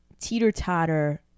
teeter-totter